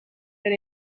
that